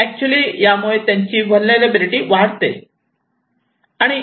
actually यामुळे त्यांची vulnerability वाढते